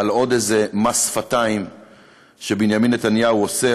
על עוד איזה מס שפתיים שבנימין נתניהו עושה,